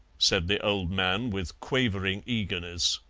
said the old man with quavering eagerness.